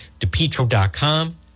dePetro.com